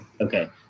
okay